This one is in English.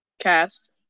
cast